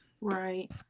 Right